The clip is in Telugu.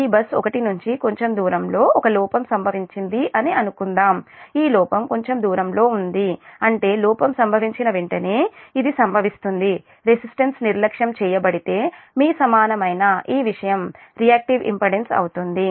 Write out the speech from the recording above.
ఈ బస్ 1 నుంచి కొంచెం దూరంలో ఒక లోపం సంభవించింది అని అనుకుందాం ఈ లోపం కొంచెం దూరంలో ఉంది అంటే లోపం సంభవించిన వెంటనే ఇది సంభవిస్తుంది రెసిస్టెన్స్ నిర్లక్ష్యం చేయబడితే మీ సమానమైన ఈ విషయం రియాక్టివ్ ఇంపెడెన్స్ అవుతుంది